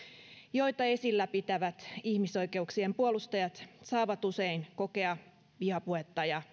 joita esillä pitävät ihmisoikeuksien puolustajat saavat usein kokea vihapuhetta ja